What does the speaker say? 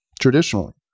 traditionally